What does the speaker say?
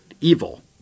evil